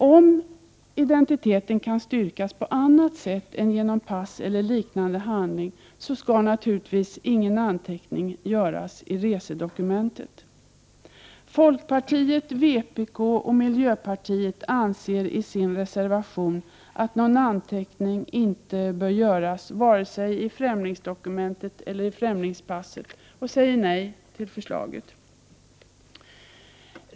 Om identiteten kan styrkas på annat sätt än genom pass eller liknande handling, skall naturligtvis ingen anteckning göras iresedokumentet. Folkpartiet, vpk och miljöpartiet anser i sin reservation att någon anteckning inte bör göras vare sig i främlingsdokumentet eller i främlingspasset och säger nej till förslaget.